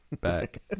back